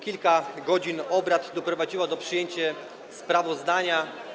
Kilka godzin obrad doprowadziło do przyjęcia sprawozdania.